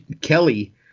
Kelly